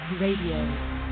Radio